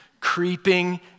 creeping